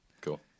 Cool